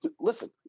Listen